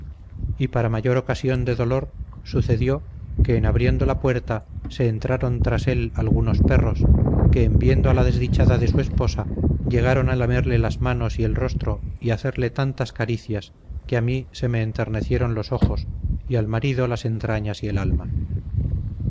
y para mayor ocasión de dolor sucedió que en abriendo la puerta se entraron tras él algunos perros que en viendo a la desdichada de su esposa llegaron a lamerle las manos y rostro y hacerle tantas caricias que a mí se me enternecieron los ojos y al marido las entrañas y el alma